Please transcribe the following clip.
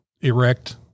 erect